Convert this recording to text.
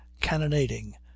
cannonading